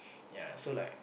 yeah so like